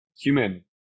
human